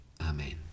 Amen